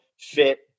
fit